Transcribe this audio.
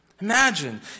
Imagine